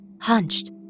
hunched